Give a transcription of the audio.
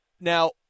now